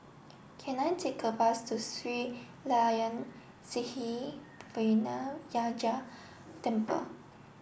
can I take a bus to Sri Layan Sithi Vinayagar Temple